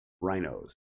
rhinos